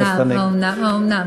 כן, האומנם?